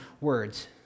words